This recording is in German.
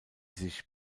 sich